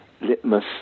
litmus